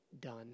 done